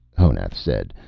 honath said.